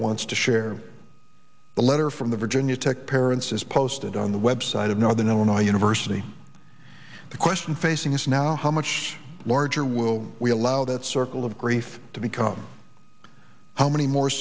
wants to share the letter from the virginia tech parents is posted on the web site of northern illinois university the question facing us now how much larger will we allow that circle of grief to become how many more